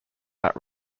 that